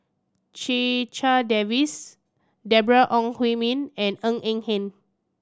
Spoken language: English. Checha Davies Deborah Ong Hui Min and Ng Eng Hen